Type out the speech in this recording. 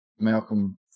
Malcolm